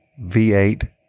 V8